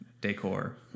decor